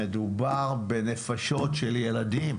מדובר בנפשות של ילדים,